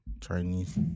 chinese